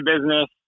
business